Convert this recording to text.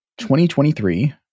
2023